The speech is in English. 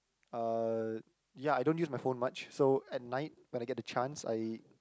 uh ya I don't use my phone much so at night when I get the chance I